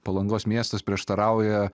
palangos miestas prieštarauja